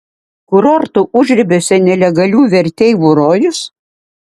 kurorto užribiuose nelegalių verteivų rojus